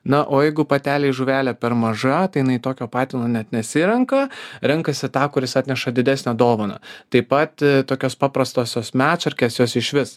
na o jeigu patelei žuvelė per maža tai jinai tokio patino net nesirenka renkasi tą kuris atneša didesnę dovaną taip pat tokios paprastosios medšarkės jos išvis